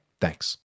Thanks